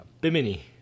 Bimini